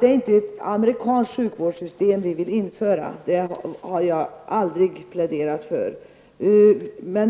Det är inte ett amerikanskt sjukvårdssystem vi vill införa; det har jag aldrig pläderat för.